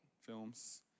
films